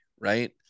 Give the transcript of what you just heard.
right